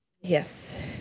yes